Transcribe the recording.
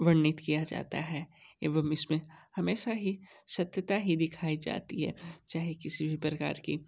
वर्णित किया जाता है एवं इसमे हमेशा ही सत्यता ही दिखाई जाती है चाहे किसी भी प्रकार की